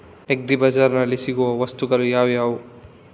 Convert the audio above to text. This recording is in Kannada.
ಅಗ್ರಿ ಬಜಾರ್ನಲ್ಲಿ ಸಿಗುವ ವಸ್ತುಗಳು ಯಾವುವು?